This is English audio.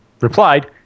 replied